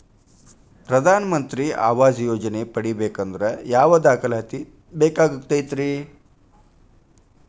ಪ್ರಧಾನ ಮಂತ್ರಿ ಆವಾಸ್ ಯೋಜನೆ ಪಡಿಬೇಕಂದ್ರ ಯಾವ ದಾಖಲಾತಿ ಬೇಕಾಗತೈತ್ರಿ?